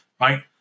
right